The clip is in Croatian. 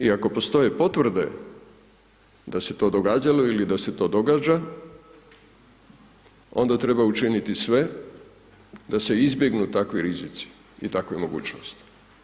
I ako postoje potvrde da se je to događalo ili da se to događa, onda treba učiniti sve da se izbjegnu takvi rizici i takve mogućnosti.